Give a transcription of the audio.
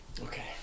Okay